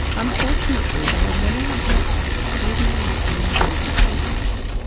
unfortunately there are many reports of extraordinarily uninventive patents.